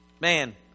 Man